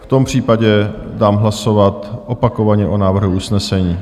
V tom případě dám hlasovat opakovaně o návrhu usnesení.